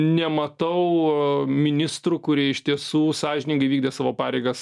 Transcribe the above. nematau ministrų kurie iš tiesų sąžiningai vykdė savo pareigas